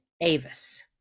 Avis